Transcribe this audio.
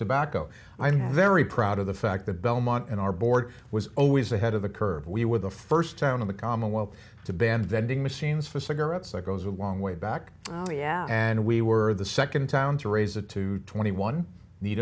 tobacco i'm very proud of the fact that belmont in our board was always ahead of the curve we were the first town in the commonwealth to bend the ending machines for cigarettes that goes a long way back oh yeah and we were the second town to raise it to twenty one need